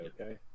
okay